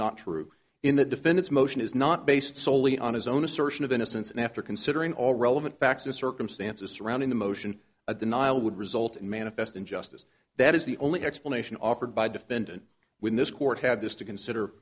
not true in the defendants motion is not based solely on his own assertion of innocence and after considering all relevant facts and circumstances surrounding the motion a denial would result in manifest injustice that is the only explanation offered by defendant when this court had this to consider